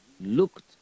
looked